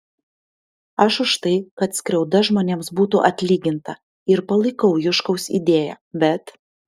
aš už tai kad skriauda žmonėms būtų atlyginta ir palaikau juškaus idėją bet